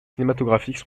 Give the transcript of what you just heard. cinématographiques